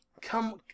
Come